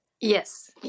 Yes